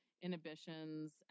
inhibitions